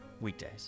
weekdays